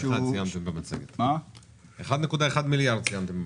ציינתם 1.1 מיליארד במצגת.